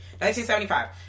1975